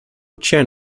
chen